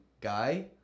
guy